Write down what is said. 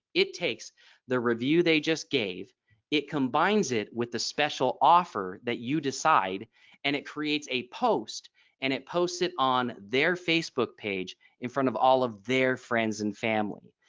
it takes the review they just gave it combines it with a special offer that you decide and it creates a post and it posts it on their facebook page in front of all of their friends and family.